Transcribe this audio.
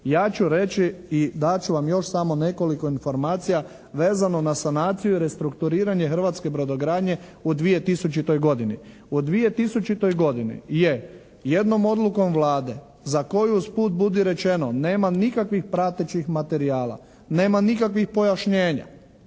Ja ću reći i dati ću vam još samo nekoliko informacija vezano na sanaciju i restrukturiranje hrvatske brodogradnje u 2000. godini. U 2000. godini je jednom odlukom Vlade za koju usput budi rečeno, nema nikakvih pratećih materijala, nema nikakvih pojašnjenja,